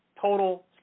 Total